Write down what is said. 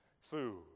food